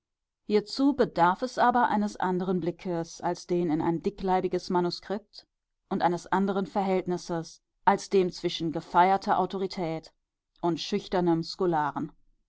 hierzu bedarf es aber eines anderen blickes als den in ein dickleibiges manuskript und eines anderen verhältnisses als dem zwischen gefeierter autorität und schüchternem